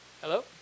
Hello